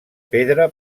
pedra